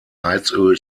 heizöl